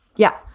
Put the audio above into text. yeah,